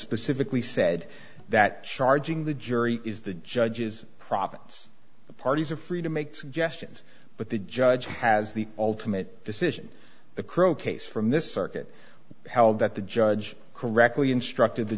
specifically said that charging the jury is the judge's province the parties are free to make suggestions but the judge has the ultimate decision the crow case from this circuit held that the judge correctly instructed the